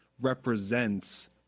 represents